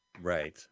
Right